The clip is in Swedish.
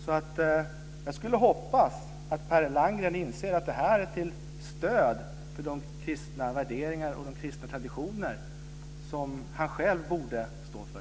Jag skulle hoppas att Per Landgren inser att det här är till stöd för de kristna värderingar och de kristna traditioner som han själv borde stå för.